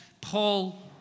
Paul